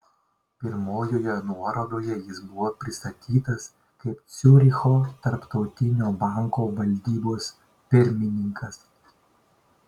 pirmojoje nuorodoje jis buvo pristatytas kaip ciuricho tarptautinio banko valdybos pirmininkas